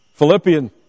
Philippians